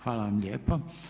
Hvala vam lijepo.